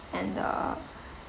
and the